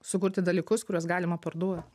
sukurti dalykus kuriuos galima parduot